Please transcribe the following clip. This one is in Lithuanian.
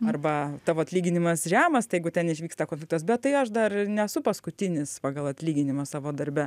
arba tavo atlyginimas žemas tai jeigu ten įvyksta konfliktas bet tai aš dar nesu paskutinis pagal atlyginimą savo darbe